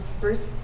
Bruce